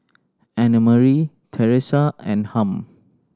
Annemarie Terese and Harm